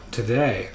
today